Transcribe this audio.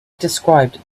described